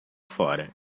fora